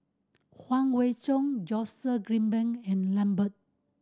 Huang Wenhong Joseph Grimberg and Lambert